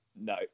no